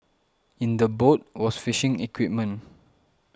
in the boat was fishing equipment